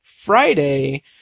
friday